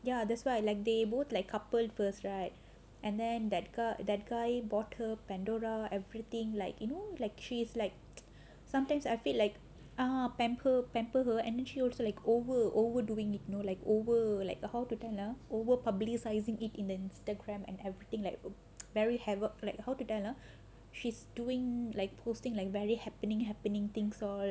ya that's why like they both like couple first right and then that guy that guy bought her Pandora everything like you know like she is like sometimes I feel like err pamper pamper her and then she also like over~ overdoing it no like over like how to tell ah over publicising it in on Instagram and everything like very havoc like how to tell ah she's doing like posting like very happening happening things loh